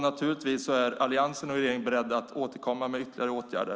Naturligtvis är Alliansen och regeringen beredda att återkomma med ytterligare åtgärder.